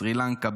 בסרי לנקה,